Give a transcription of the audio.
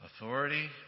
Authority